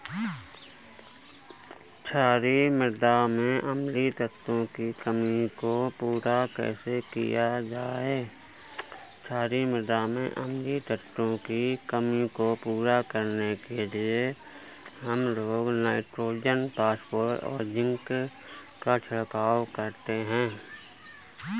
क्षारीए मृदा में अम्लीय तत्वों की कमी को पूरा कैसे किया जाए?